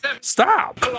Stop